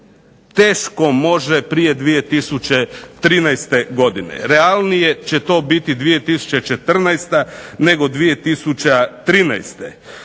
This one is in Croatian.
teško može prije 2013. godine. Realnije će to biti 2014. nego 2013. U